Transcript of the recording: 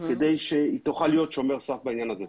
כדי שהיא תוכל להיות שומר סף בעניין הזה.